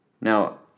now